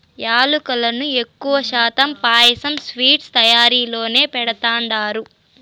యాలుకలను ఎక్కువ శాతం పాయసం, స్వీట్స్ తయారీలోనే వాడతండారు